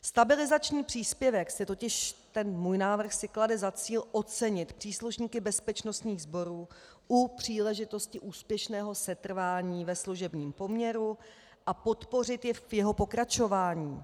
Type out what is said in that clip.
Stabilizační příspěvek se totiž ten můj návrh si klade za cíl ocenit příslušníky bezpečnostních sborů u příležitosti úspěšného setrvání ve služebním poměru a podpořit je v jeho pokračování.